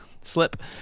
slip